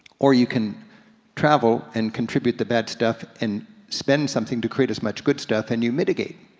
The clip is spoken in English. or you can travel and contribute the bad stuff and spend something to create as much good stuff and you mitigate.